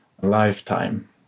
lifetime